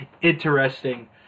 interesting